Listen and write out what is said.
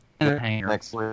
Next